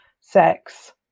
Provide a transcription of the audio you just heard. sex